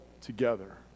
together